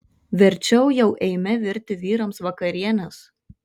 verčiau jau eime virti vyrams vakarienės